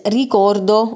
ricordo